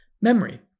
memory